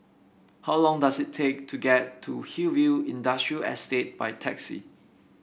how long does it take to get to Hillview Industrial Estate by taxi